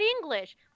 English